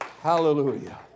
Hallelujah